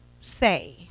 say